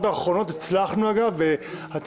הצעת החוק, הקטע הזה